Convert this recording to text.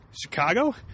chicago